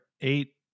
eight